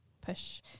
push